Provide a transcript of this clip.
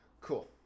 cool